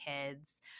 kids